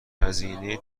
هزینه